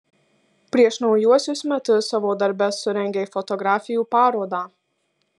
prieš naujuosius metus savo darbe surengei fotografijų parodą